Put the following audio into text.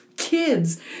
kids